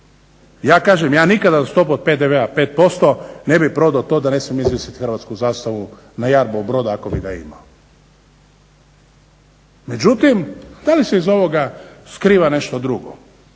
Ja kažem ja nikada stopu PDV-a 5% ne bih prodao to da ne smijem izvjesiti hrvatsku zastavu na jarbol broda ako bi ga imao. Međutim da li se iza ovoga skriva nešto drugo?